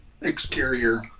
exterior